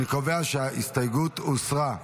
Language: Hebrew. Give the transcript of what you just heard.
אני קובע שההסתייגות הוסרה.